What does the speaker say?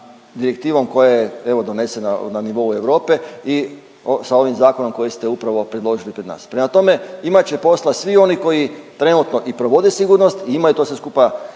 direktivom koja je evo donesena na nivou Europe i sa ovim zakonom koji ste upravo predložili pred nas. Prema tome, imat će posla svi oni koji trenutno i provode sigurnost i imaju to sve skupa